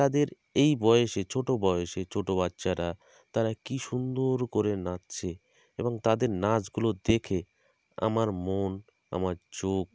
তাদের এই বয়সে ছোট বয়সে ছোট বাচ্চারা তারা কী সুন্দর করে নাচছে এবং তাদের নাচগুলো দেখে আমার মন আমার চোখ